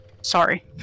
Sorry